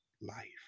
life